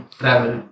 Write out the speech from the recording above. travel